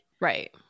Right